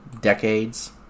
Decades